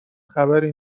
خبری